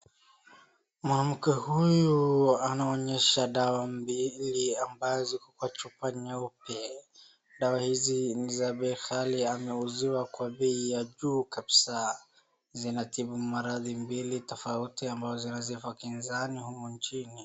Mwanamke huyu anaonyesha dawa mbili ambazo ziko kwa chupa nyeupe. Dawa hizi za bei ghali ameuziwa kwa bei ya juu kabisaa. Zinatibu maradhi mbili tofauti ambazo zina sifa kinzani humu nchini.